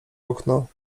okno